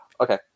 Okay